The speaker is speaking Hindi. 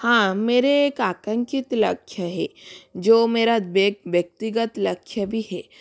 हाँ मेरे कांतिक लक्ष्य है जो मेरा व्यक्तिगत लक्ष्य भी है